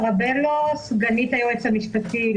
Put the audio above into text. חבל שיחכו.